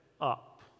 up